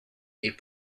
est